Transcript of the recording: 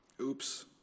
Oops